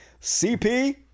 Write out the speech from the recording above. CP